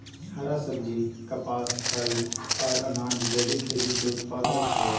हरा सब्जी, कपास, फल, आर अनाज़ जैविक खेती के उत्पाद हय